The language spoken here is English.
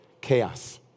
Chaos